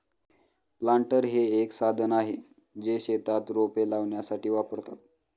planter हे एक साधन आहे, जे शेतात रोपे लावण्यासाठी वापरतात